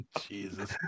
Jesus